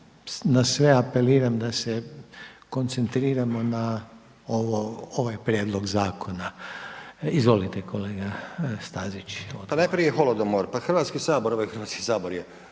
Na sve apeliram da se koncentriramo na ovaj prijedlog zakona. Izvolite kolega Stazić. **Stazić, Nenad (SDP)** Pa najprije holodomor. Pa Hrvatski sabor, ovaj Hrvatski sabor